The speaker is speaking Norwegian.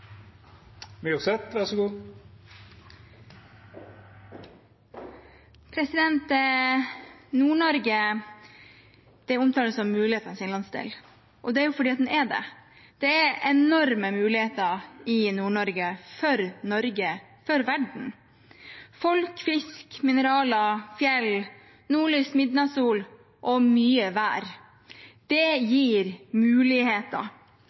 det er fordi den er det. Det er enorme muligheter i Nord-Norge – for Norge, for verden. Folk, fisk, mineraler, fjell, nordlys, midnattssol og mye vær, det gir muligheter.